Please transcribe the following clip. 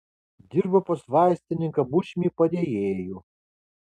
dirbo pas vaistininką bučmį padėjėju